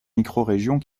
microrégions